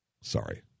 Sorry